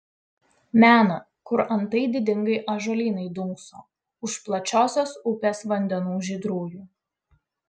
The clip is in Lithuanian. mena kur antai didingai ąžuolynai dunkso už plačiosios upės vandenų žydrųjų